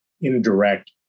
indirect